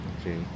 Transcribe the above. Okay